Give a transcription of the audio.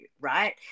right